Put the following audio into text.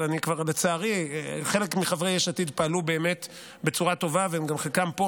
אבל לצערי חלק מחברי יש עתיד פעלו בצורה טובה וחלקם פה,